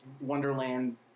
Wonderland